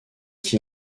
qui